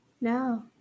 No